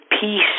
peace